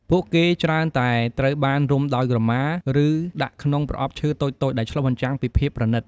ពួកគេច្រើនតែត្រូវបានរុំដោយ ក្រមា ឬដាក់ក្នុង ប្រអប់ឈើតូចៗ ដែលឆ្លុះបញ្ចាំងពីភាពប្រណិត។